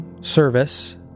service